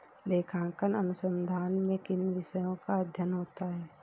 लेखांकन अनुसंधान में किन विषयों का अध्ययन होता है?